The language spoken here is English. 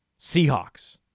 Seahawks